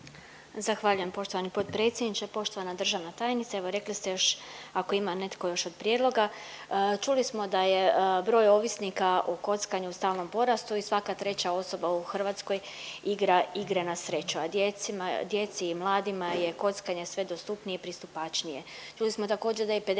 Zahvaljujem poštovani potpredsjedniče. Poštovana državna tajnice, evo rekli ste još ako ima netko još od prijedloga, čuli smo da je broj ovisnika o kockanju u stalnom porastu i svaka treća osoba u Hrvatskoj igra igre na sreću, a djeci i mladima je kockanje sve dostupnije i pristupačnije. Čuli smo također da je 50